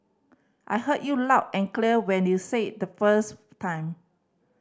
I heard you loud and clear when you said it the first time